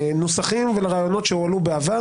לנוסחים ולרעיונות שהועלו בעבר,